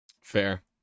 fair